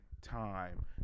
time